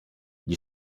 gli